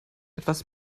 etwas